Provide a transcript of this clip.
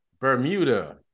Bermuda